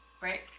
right